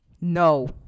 No